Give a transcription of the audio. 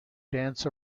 dance